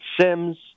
Sims